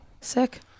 sick